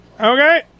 Okay